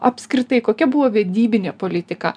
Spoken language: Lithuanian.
apskritai kokia buvo vedybinė politika